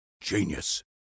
Genius